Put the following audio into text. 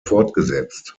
fortgesetzt